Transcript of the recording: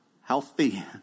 healthy